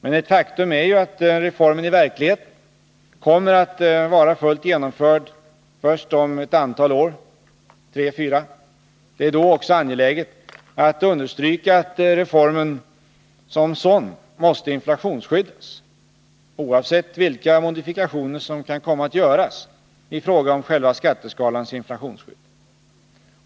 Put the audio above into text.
Men ett faktum är att reformen i verkligheten kommer att vara fullt genomförd först om tre fyra år. Det är då också angeläget att understryka att reformen som sådan måste inflationsskyddas, oavsett vilka modifikationer som kan komma att göras i fråga om själva skatteskalans inflationsskydd.